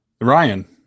ryan